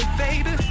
baby